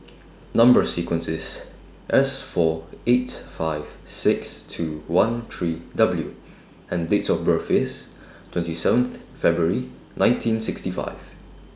Number sequence IS S four eight five six two one three W and Date of birth IS twenty seventh February nineteen sixty five